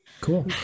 Cool